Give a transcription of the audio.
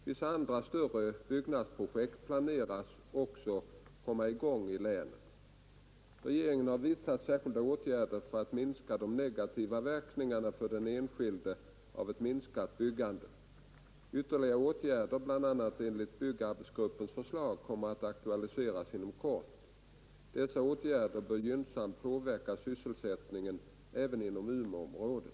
Vissa andra större byggnadsprojekt planeras också komma i gång i länet. Regeringen har vidtagit särskilda åtgärder för att minska de negativa verkningarna för den enskilde av ett minskat byggande. Ytterligare åtgärder bl.a. enligt byggarbetsgruppens förslag kommer att aktualiseras inom kort. Dessa åtgärder bör gynnsamt påverka sysselsättningen även inom Umeåområdet.